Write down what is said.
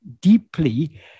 deeply